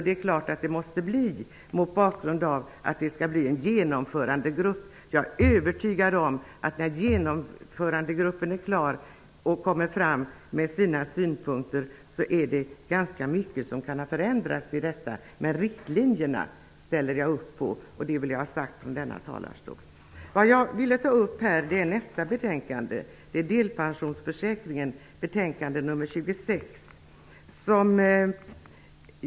Det måste det ju bli mot bakgrund av att det skall bli en genomförandegrupp. Jag är övertygad om att när genomförandegruppen kommer med sina synpunkter kan mycket ha förändrats. Men riktlinjerna ställer jag mig bakom, och det vill jag ha sagt från denna talarstol. Jag vill även beröra betänkandet om delpensionsförsäkringen, SfU26.